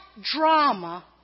drama